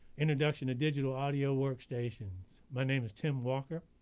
introduction of digital audio workstations. my name is timm walker,